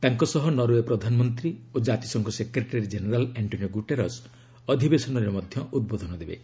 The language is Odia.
ତାଙ୍କ ସହ ନରଓ୍ପେ ପ୍ରଧାନମନ୍ତ୍ରୀ ଓ ଜାତିସଂଘ ସେକ୍ରେଟାରୀ ଜେନେରାଲ୍ ଆଶ୍କୋନିଓ ଗୁଟେରସ୍ ଅଧିବେଶନରେ ଉଦ୍ବୋଧନ ଦେବେ